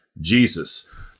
Jesus